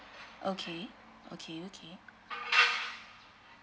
okay okay okay